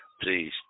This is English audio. please